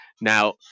Now